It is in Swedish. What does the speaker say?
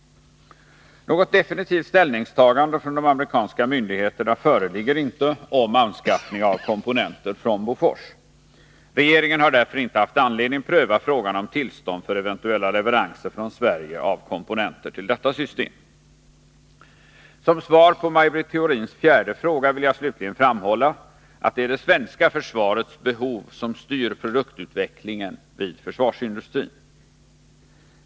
Något definitivt ställningstagande från de amerikanska myndigheterna föreligger inte om anskaffning av komponenter från Bofors. Regeringen har därför inte haft anledning att pröva frågan om tillstånd för eventuella leveranser från Sverige av komponenter till detta system. Som svar på Maj Britt Theorins fjärde fråga vill jag slutligen framhålla att det är det svenska försvarets behov som styr produktutvecklingen vid försvarsindustrin.